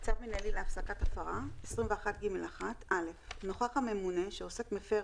"צו מינהלי להפסקת הפרה 21ג1. (א)נוכח הממונה שעוסק מפר